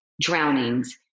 drownings